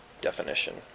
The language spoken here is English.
definition